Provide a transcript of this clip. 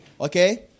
Okay